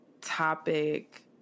topic